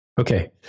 Okay